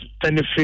benefit